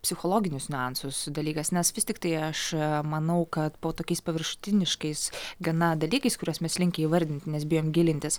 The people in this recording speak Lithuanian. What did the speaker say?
psichologinius niuansus dalykas nes vis tiktai aš manau kad po tokiais paviršutiniškais gana dalykais kuriuos mes linkę įvardint nes bijom gilintis